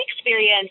experience